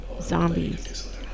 Zombies